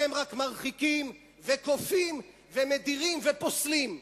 אתם רק מרחיקים, וכופים, ומדירים ופוסלים.